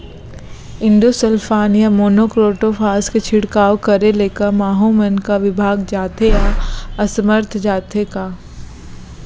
Endosulfan या monocrotophos के छिड़काव करे ले क माहो मन का विभाग जाथे या असमर्थ जाथे का?